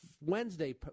Wednesday